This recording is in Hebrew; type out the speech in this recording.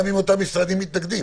גם אם אותם משרדים מתנגדים.